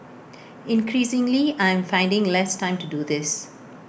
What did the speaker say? increasingly I am finding less time to do this